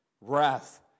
Wrath